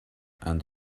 and